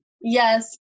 yes